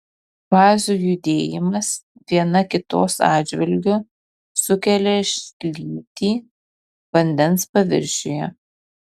fazių judėjimas viena kitos atžvilgiu sukelia šlytį vandens paviršiuje